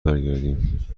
برگردیم